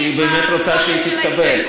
שהיא באמת רוצה שהיא תתקבל.